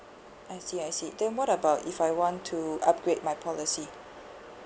I see I see then what about if I want to upgrade my policy